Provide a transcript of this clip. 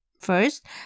First